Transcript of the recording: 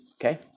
Okay